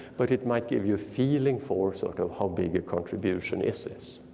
but it might give you a feeling for sort of how big a contribution is this.